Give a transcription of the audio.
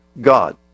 God